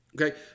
okay